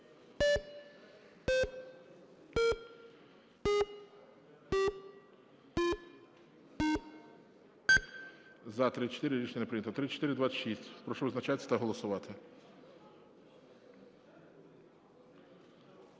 За-24 Рішення не прийнято. 3729. Прошу визначатись та голосувати.